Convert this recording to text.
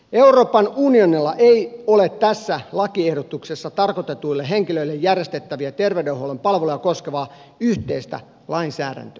euroopan unionilla ei ole tässä lakiehdotuksessa tarkoitetuille henkilöille järjestettäviä terveydenhuollon palveluja koskevaa yhteistä lainsäädäntöä